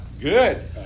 Good